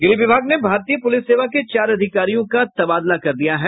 गृह विभाग ने भारतीय पूलिस सेवा के चार अधिकारियों का तबादला कर दिया है